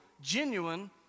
genuine